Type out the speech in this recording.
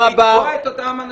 צריך לתבוע את אותם אנשים.